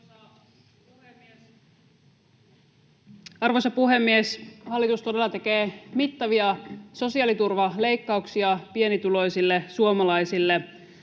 Arvoisa puhemies! Hallitus todella tekee mittavia sosiaaliturvaleikkauksia pienituloisille suomalaisille.